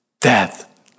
death